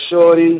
Shorty